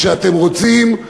כשאתם רוצים,